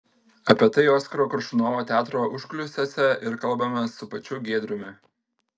apie tai oskaro koršunovo teatro užkulisiuose ir kalbamės su pačiu giedriumi